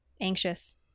anxious